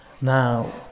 Now